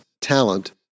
talent